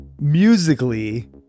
musically